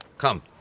Come